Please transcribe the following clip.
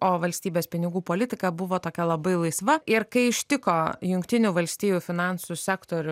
o valstybės pinigų politika buvo tokia labai laisva ir kai ištiko jungtinių valstijų finansų sektorių